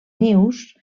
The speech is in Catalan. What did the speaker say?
nius